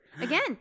Again